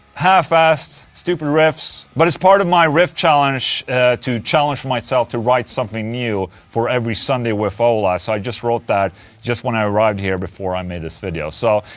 half-assed stupid riffs. but it's part of my riff challenge to challenge myself to write something new for every sunday with ola so i just wrote that just when i arrived here before i made this video, so.